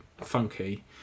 funky